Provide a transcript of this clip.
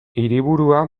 hiriburua